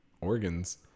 organs